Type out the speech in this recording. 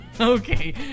okay